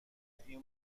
این